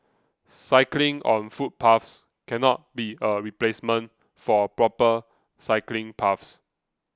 cycling on footpaths cannot be a replacement for proper cycling paths